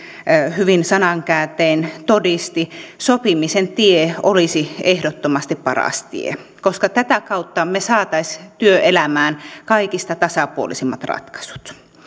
hyvin sanankääntein todistivat sopimisen tie olisi ehdottomasti paras tie koska tätä kautta me saisimme työelämään kaikista tasapuolisimmat ratkaisut